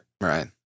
Right